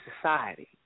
society